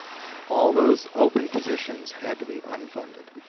all those open positions had to be unfunded.